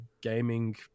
gaming